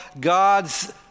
God's